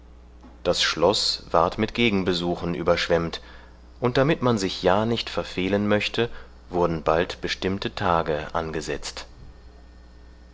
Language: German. das schloß ward mit gegenbesuchen überschwemmt und damit man sich ja nicht verfehlen möchte wurden bald bestimmte tage angesetzt